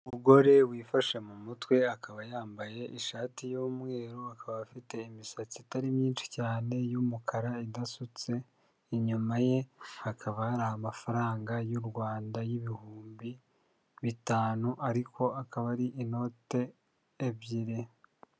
Umugore wifashe mu mutwe, akaba yambaye ishati y'umweru, akaba afite imisatsi itari myinshi cyane y'umukara idasutse, inyuma ye hakaba hari amafaranga y'u Rwanda y'ibihumbi bitanu ariko akaba ari inote ebyiri.